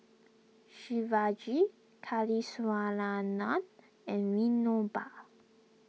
Shivaji Kasiviswanathan and Vinoba